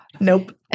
Nope